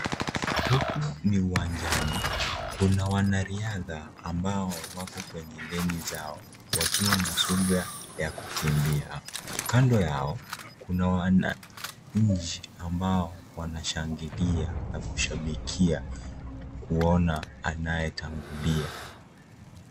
Huku ni uwanjani, kuna wanariadha ambao wako kwenye {cs} leni {cs} zao wakiwa na subira ya kukimbia. Kando yao kuna wananchi ambao wanashangilia na kushabikia kuona anayetangulia.